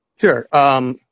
Sure